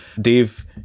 Dave